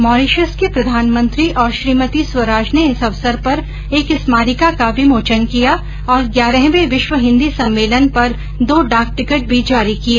Mauritius के प्रधानमंत्री और श्रीमती स्वराज ने इस अवसर पर एक स्मारिका का विमोचन किया और ग्यारहवें विश्व हिन्दी सम्मेलन पर दो डाक टिकट भी जारी किए